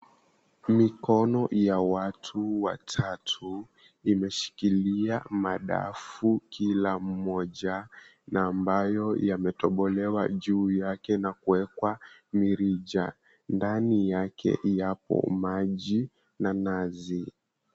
Mikono ya watu watatu imeshikilia madafu kila mmoja, na ambayo yametobolewa juu yake na kuwekwa mirija. Ndani yake yapo maji na nazi.